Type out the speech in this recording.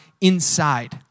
inside